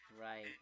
Right